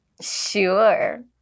Sure